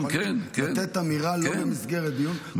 לא במסגרת דיון.